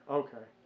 okay